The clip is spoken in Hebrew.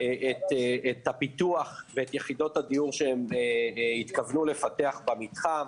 את הפיתוח ואת יחידות הדיור שהם התכוונו לפתח במתחם.